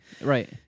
Right